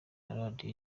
radio